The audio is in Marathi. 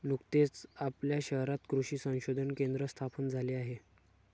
नुकतेच आपल्या शहरात कृषी संशोधन केंद्र स्थापन झाले आहे